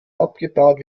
abgebaut